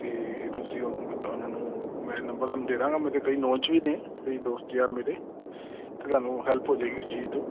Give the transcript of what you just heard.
ਅਤੇ ਤੁਸੀਂ ਓਹ ਉਹਨਾਂ ਨੂੰ ਮੈਂ ਨੰਬਰ ਤੁਹਾਨੂੰ ਦੇ ਦਾਂਗਾ ਮੇਰੇ ਕਈ ਨੌਨ 'ਚ ਵੀ ਨੇ ਕਈ ਦੋਸਤ ਯਾਰ ਮੇਰੇ ਅਤੇ ਤੁਹਾਨੂੰ ਹੈਲਪ ਹੋ ਜਾਏਗੀ ਉਸ ਚੀਜ਼ ਤੋਂ